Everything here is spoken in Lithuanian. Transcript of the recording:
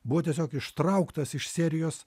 buvo tiesiog ištrauktas iš serijos